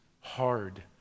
hard